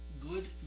good